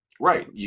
Right